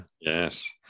Yes